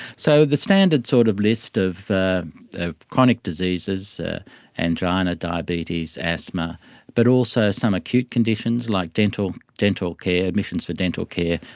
so the standard sort of list of ah chronic diseases angina, diabetes, asthma but also some acute conditions like dental dental care, admissions for dental care,